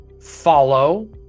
follow